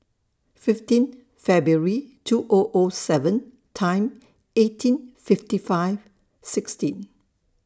fifteen February two O O seven Time eighteen fifty five sixteen